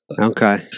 Okay